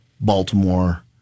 Baltimore